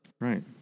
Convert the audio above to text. right